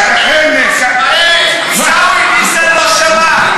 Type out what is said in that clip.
אתה יכול לחזור על זה עוד פעם?